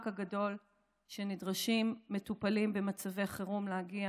הגדול שנדרשים מטופלים במצבי חירום לעבור